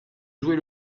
jouer